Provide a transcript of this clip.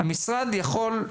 המשרד יכול,